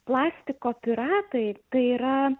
plastiko piratai tai yra